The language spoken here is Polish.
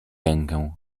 rękę